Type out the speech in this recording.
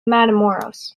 matamoros